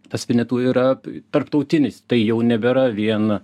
tas vinetu yra tarptautinis tai jau nebėra vien